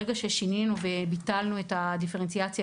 ברגע ששינינו וביטלנו את הדיפרנציאציה